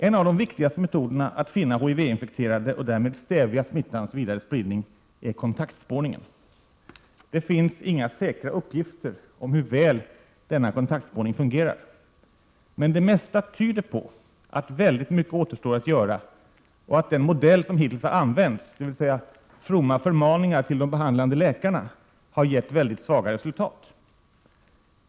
En av de viktigaste metoderna att finna HIV-infekterade och därmed stävja smittans vidare spridning är kontaktspårningen. Det finns inga säkra uppgifter om hur väl denna kontaktspårning fungerar, men det mesta tyder på att väldigt mycket återstår att göra och att den modell som hittills har använts, dvs. fromma förmaningar till de behandlande läkarna, har gett mycket svaga resultat.